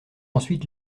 ensuite